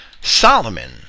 Solomon